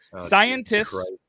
Scientists